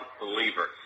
believer